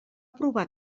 aprovar